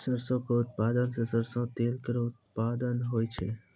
सरसों क उत्पादन सें सरसों तेल केरो उत्पादन होय छै